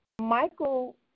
Michael